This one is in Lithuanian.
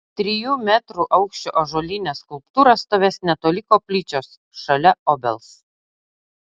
trijų metrų aukščio ąžuolinė skulptūra stovės netoli koplyčios šalia obels